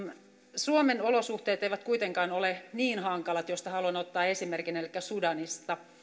suomen olosuhteet eivät kuitenkaan ole niin hankalat mistä haluan ottaa esimerkin sudanista